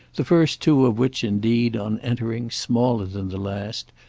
the first two of which indeed, on entering, smaller than the last,